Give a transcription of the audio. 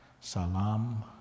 salam